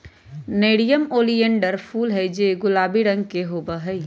nerium oleander फूल हैं जो गुलाबी रंग के होबा हई